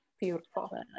beautiful